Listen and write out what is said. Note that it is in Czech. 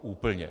Úplně.